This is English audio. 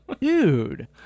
Dude